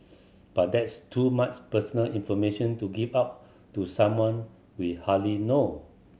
but that's too much personal information to give out to someone we hardly know